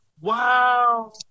Wow